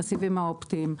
הסיבים האופטיים,